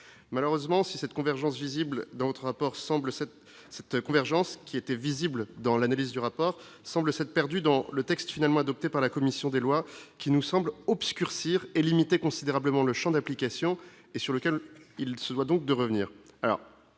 malheureusement si cette convergence visible dans votre rapport semble cette cette convergence qui était visible dans l'analyse du rapport semble s'être perdu dans le texte, finalement adopté par la commission des lois qui nous semblent obscurcir et limiter considérablement le Champ d'application et sur lequel il se doit donc de revenir